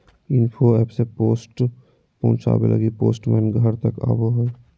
info app से post पहुचावे लगी पोस्टमैन घर तक आवो हय